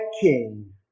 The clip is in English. king